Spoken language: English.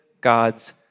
God's